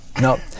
no